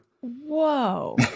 whoa